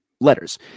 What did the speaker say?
letters